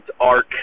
arc